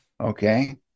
Okay